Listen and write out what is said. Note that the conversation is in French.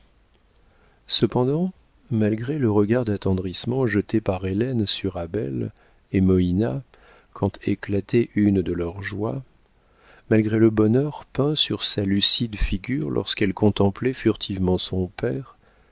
cependant malgré le regard d'attendrissement jeté par hélène sur abel et moïna quand éclatait une de leurs joies malgré le bonheur peint sur sa lucide figure lorsqu'elle contemplait furtivement son père